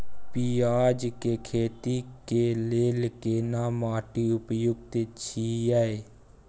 पियाज के खेती के लेल केना माटी उपयुक्त छियै?